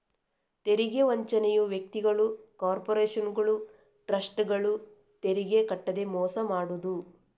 ತೆರಿಗೆ ವಂಚನೆಯು ವ್ಯಕ್ತಿಗಳು, ಕಾರ್ಪೊರೇಷನುಗಳು, ಟ್ರಸ್ಟ್ಗಳು ತೆರಿಗೆ ಕಟ್ಟದೇ ಮೋಸ ಮಾಡುದು